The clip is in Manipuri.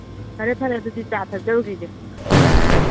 ꯎꯝ ꯐꯔꯦ ꯐꯔꯦ ꯑꯗꯨꯗꯤ ꯆꯥ ꯊꯛꯆꯔꯨꯈꯤꯒꯦ ꯉꯥꯏꯍꯥꯛ ꯊꯝꯕꯤꯔꯣ